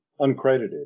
uncredited